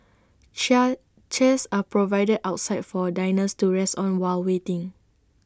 chair chairs are provided outside for diners to rest on while waiting